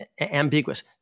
ambiguous